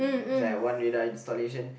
it's like a one radar installation